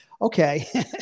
okay